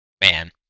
Man